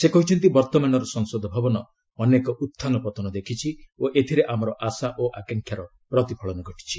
ସେ କହିଛନ୍ତି ବର୍ତ୍ତମାନର ସଂସଦ ଭବନ ଅନେକ ଉତ୍ଥାନ ପତନ ଦେଖିଛି ଓ ଏଥିରେ ଆମର ଆଶା ଓ ଆକାଂକ୍ଷାର ପ୍ରତିଫଳନ ଘଟିଛି